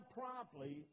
promptly